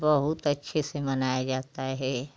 बहुत अच्छे से मनाया जाता है